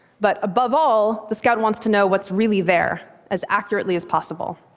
but above all, the scout wants to know what's really there, as accurately as possible.